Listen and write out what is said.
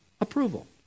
approval